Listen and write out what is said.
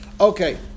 okay